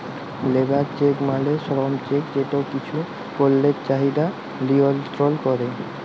labour check মালে শ্রম check যেট কিছু পল্যের চাহিদা লিয়লত্রল ক্যরে